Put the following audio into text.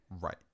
Right